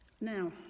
Now